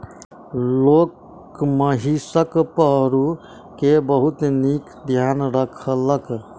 लोक महिषक पड़रू के बहुत नीक ध्यान रखलक